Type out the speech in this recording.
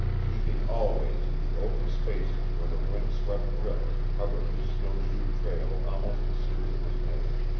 keeping always in the open spaces where the wind-swept drift covered his snowshoe trail almost as soon as it was made.